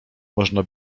można